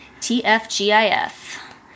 T-F-G-I-F